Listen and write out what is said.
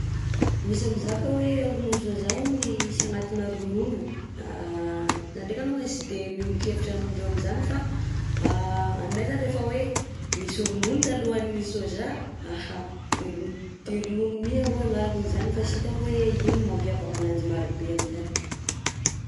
Misy mizaka hoe ronono saoza hony tsy agnatina ronono, zah ndreka alongany tsy de miombon-kevitra amindreo amin'izany fa aninay zany rehefa hoe nisy ronono talohan'ny saoza aha de ronono de ronono mi arao agnaran'izany fa tsy hitako hoe ino mampiavaka ananjy maro be aminjany.